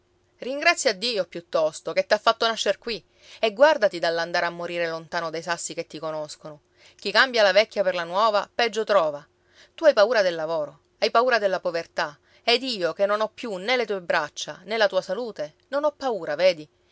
ringrazia dio piuttosto che t'ha fatto nascer qui e guardati dall'andare a morire lontano dai sassi che ti conoscono chi cambia la vecchia per la nuova peggio trova tu hai paura del lavoro hai paura della povertà ed io che non ho più né le tue braccia né la tua salute non ho paura vedi